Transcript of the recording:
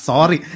Sorry